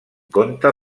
conte